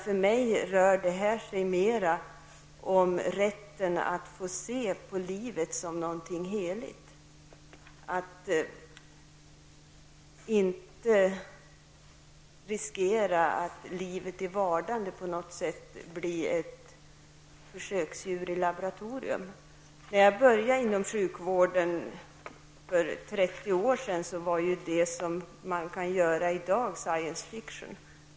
För mig rör det sig mer om rätten att få se på livet som någonting heligt, att inte riskera att livet i vardande på något sätt blir ett försöksdjur i laboratorium. När jag började inom sjukvården för 30 år sedan var det som man kan göra i dag science fiction.